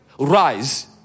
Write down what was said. rise